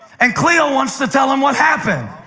and cleo wants to tell him what happened.